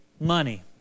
money